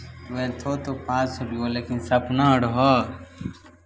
ट्वेल्थो तऽ पास केलियह लेकिन सपना रहय